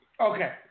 Okay